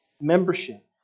membership